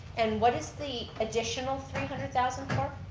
and what is the additional three hundred thousand for?